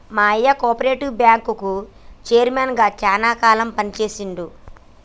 మా అయ్య కోపరేటివ్ బ్యాంకుకి చైర్మన్ గా శానా కాలం పని చేశిండు